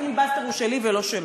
הפיליבסטר הוא שלי ולא שלו.